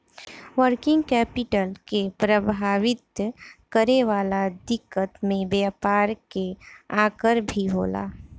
working capital के प्रभावित करे वाला दिकत में व्यापार के आकर भी होला